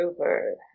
over